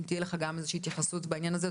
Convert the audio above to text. אם תהיה לך גם איזו שהיא התייחסות בעניין הזה.